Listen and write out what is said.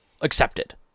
accepted